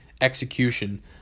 execution